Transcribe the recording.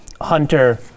Hunter